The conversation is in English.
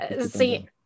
See